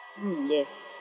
hmm yes